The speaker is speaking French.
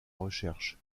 recherche